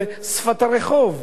זה שפת הרחוב.